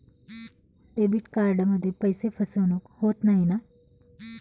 Debit कार्डमध्ये पैसे फसवणूक होत नाही ना?